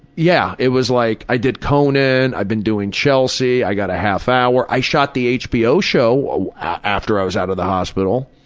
yeah. it was like i did conan. i'd been doing chelsea. i got a half hour. i shot the hbo show after i was out of the hospital.